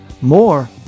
more